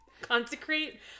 consecrate